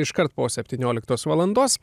iškart po septynioliktos valandos